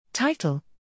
TITLE